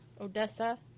Odessa